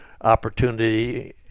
opportunity